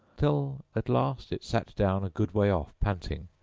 till at last it sat down a good way off, panting,